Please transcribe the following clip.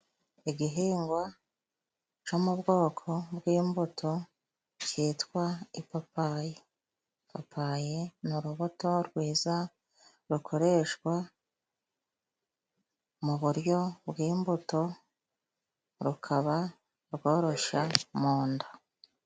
Igihingwa co mu bwoko bw'imbuto kitwa ipapayi. Ipapayi ni urubuto rwiza rukoreshwa mu buryo bw'imbuto， rukaba rworosha mu nda.